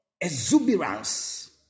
Exuberance